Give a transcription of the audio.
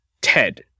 Ted